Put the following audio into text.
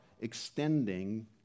extending